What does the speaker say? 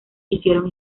hicieron